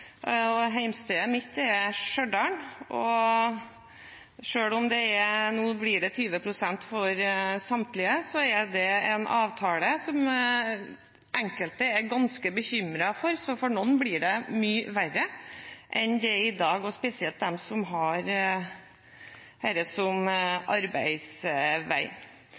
og hjemstedet mitt er Stjørdal. Selv om det nå blir 20 pst. for samtlige, er det en avtale som enkelte er ganske bekymret for, så for noen blir det mye verre enn det er i dag, og spesielt for dem som har dette som arbeidsvei.